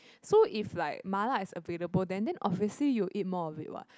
so if like mala is available then then obviously you'll eat more of it what